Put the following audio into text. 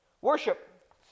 Worship